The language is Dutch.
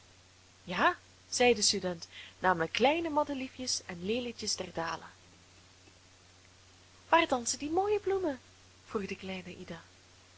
ja zei de student namelijk kleine madeliefjes en lelietjes der dalen waar dansen die mooie bloemen vroeg de kleine ida